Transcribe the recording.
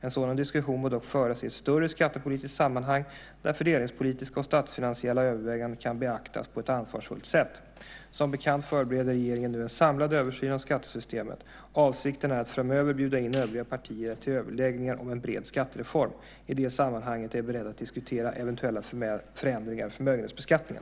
En sådan diskussion bör dock föras i ett större skattepolitiskt sammanhang där fördelningspolitiska och statsfinansiella överväganden kan beaktas på ett ansvarsfullt sätt. Som bekant förbereder regeringen nu en samlad översyn av skattesystemet. Avsikten är att framöver bjuda in övriga partier till överläggningar om en bred skattereform. I det sammanhanget är jag beredd att diskutera eventuella förändringar i förmögenhetsbeskattningen.